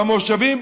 במושבים,